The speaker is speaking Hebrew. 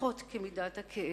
לפחות כמידת הכאב